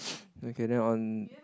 okay then on